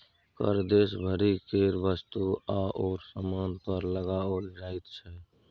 कर देश भरि केर वस्तु आओर सामान पर लगाओल जाइत छै